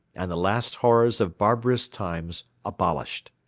and the last horrors of barbarous times abolished.